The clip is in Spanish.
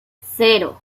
cero